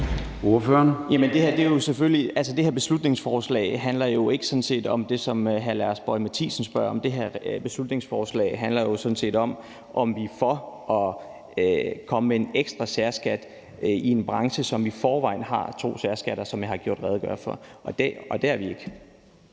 Det her beslutningsforslag handler jo sådan set om, om vi er for at komme med en ekstra særskat i en branche, som i forvejen har to særskatter, som jeg har redegjort for, og det er vi ikke.